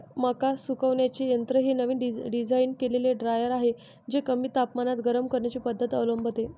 मका सुकवण्याचे यंत्र हे नवीन डिझाइन केलेले ड्रायर आहे जे कमी तापमानात गरम करण्याची पद्धत अवलंबते